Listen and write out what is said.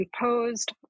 posed